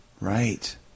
Right